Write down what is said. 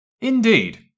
Indeed